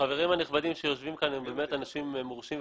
החברים הנכבדים שיושבים כאן הם אנשים מורשים,